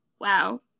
wow